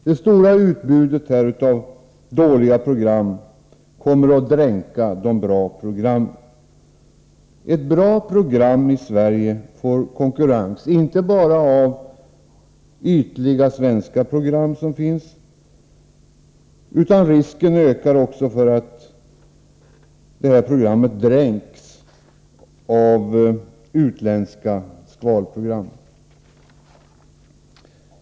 Det stora utbudet av dåliga program kommer att dränka de bra programmen. Ett bra program i Sverige får konkurrens, inte bara av de ytliga svenska programmen, utan risken ökar för att det dränks av utländska skvalprogram.